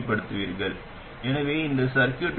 இப்போது நாம் பெறுவது 1 கிராம்